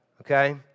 okay